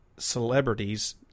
celebrities